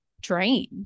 drained